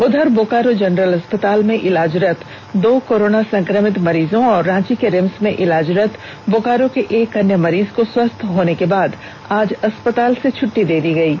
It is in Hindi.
उधर बोकारो जेनरल अस्पताल में इलाजरत दो कोरोना संक्रमित मरीजों और रांची के रिम्स में इलाजरत बोकारो के एक अन्य मरीज को स्वस्थ होने के बाद आज अस्पताल से छुट्टी दे दी गयी